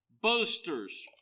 boasters